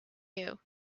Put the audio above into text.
you